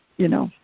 you know?